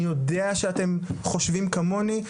אני יודע שאתם חושבים כמוני,